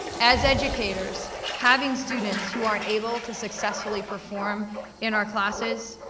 as educators, having students who aren't able to successfully perform in our classes,